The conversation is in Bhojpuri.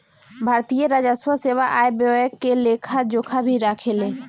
भारतीय राजस्व सेवा आय व्यय के लेखा जोखा भी राखेले